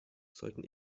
sollten